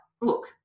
Look